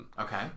Okay